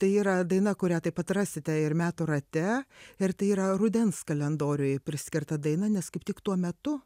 tai yra daina kurią taip pat rasite ir metų rate ir tai yra rudens kalendoriui priskirta daina nes kaip tik tuo metu